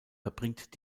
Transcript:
verbringt